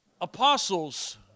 Apostles